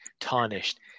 tarnished